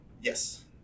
Yes